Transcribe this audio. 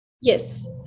Yes